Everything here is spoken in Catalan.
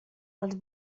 els